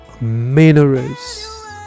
minerals